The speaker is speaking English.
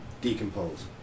decompose